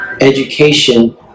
Education